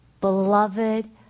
Beloved